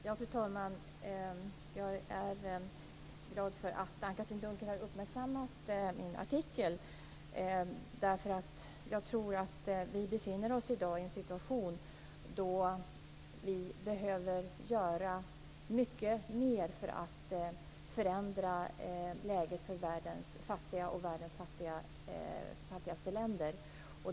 Fru talman! Jag är glad för att Anne-Katrine Dunker har uppmärksammat min artikel. Jag tror att vi befinner oss i dag i en situation då vi behöver göra mycket mer för att förändra läget för världens fattiga och världens fattigaste länder.